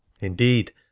Indeed